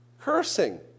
cursing